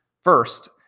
first